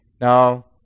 Now